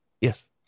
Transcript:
Yes